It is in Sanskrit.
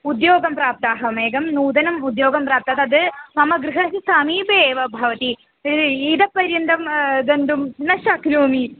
उद्योगं प्राप्ताहम् एकं नूतनम् उद्योगं प्राप्ता तद् मम गृहस्य समीपे एव भवति इदं पर्यन्तं गन्तुं न शक्नोमि